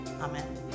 Amen